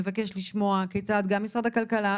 אנחנו נבקש לשמוע כיצד גם משרד הכלכלה,